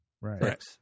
Right